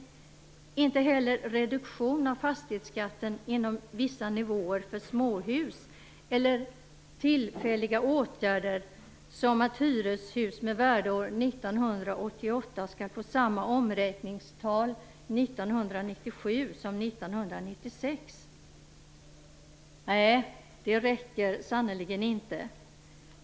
Det räcker inte heller med en reduktion av fastighetsskatten inom vissa nivåer för småhus eller tillfälliga åtgärder som att hyreshus med värdeår Nej, det räcker sannerligen inte!